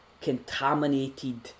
contaminated